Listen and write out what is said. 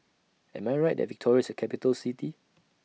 Am I Right that Victoria IS A Capital City